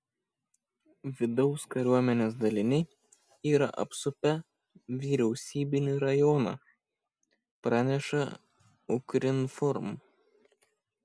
vidaus kariuomenės daliniai yra apsupę vyriausybinį rajoną praneša ukrinform